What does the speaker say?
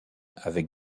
avec